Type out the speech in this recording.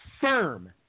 firm